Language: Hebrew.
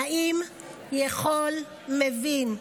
"נעים, יכול, מבין".